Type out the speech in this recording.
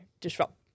disrupt